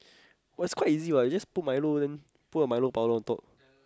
was quite easy what you just put Milo then put your Milo powder on top